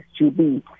SGB